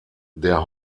der